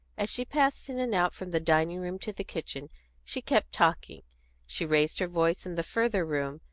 as she passed in and out from the dining-room to the kitchen she kept talking she raised her voice in the further room,